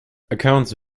accounts